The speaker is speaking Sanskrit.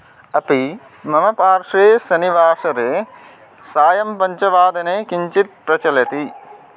अपि मम पार्श्वे शनिवाशरे सायं पञ्चवादने किञ्चित् प्रचलति